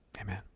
Amen